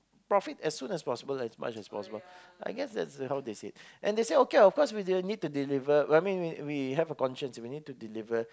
profit as soon as possible as much as possible I guess that's how they say it and they say of course we need to deliver I mean we have a conscience and we need to deliver